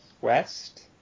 west